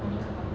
monica